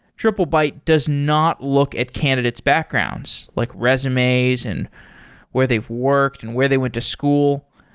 triplebyte does not look at candidate's backgrounds, like resumes and where they've worked and where they went to school.